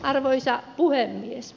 arvoisa puhemies